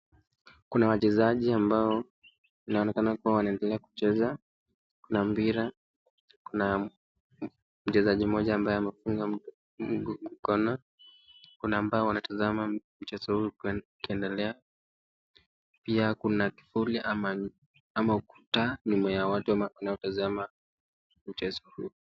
Kuna wachezaji ambao wanaonekana kua wanaendelea kucheza. Kuna mpira, kuna mchezaji mmoja ambaye amefunga mkono, kuna ambao wanatazama mchezo huu ukiendelea, pia kuna kivuli ama ukuta nyuma ya watu wanaotazama mchezo huu.